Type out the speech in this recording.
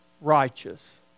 righteous